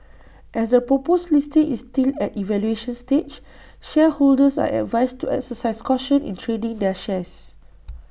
as the proposed listing is still at evaluation stage shareholders are advised to exercise caution in trading their shares